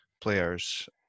players